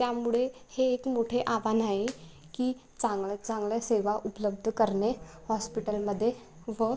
त्यामुळे हे एक मोठे आव्हान आहे की चांगल्या चांगल्या सेवा उपलब्ध करणे हॉस्पिटलमध्ये व